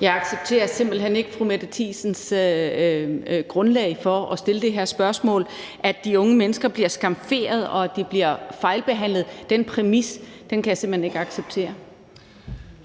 Jeg accepterer simpelt hen ikke fru Mette Thiesens grundlag for at stille det her spørgsmål, altså at de unge mennesker bliver skamferet, og at de bliver fejlbehandlet. Den præmis kan jeg simpelt hen ikke acceptere.